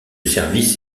service